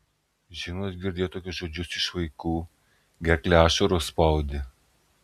žinot girdėt tokius žodžius iš vaikų gerklę ašaros spaudė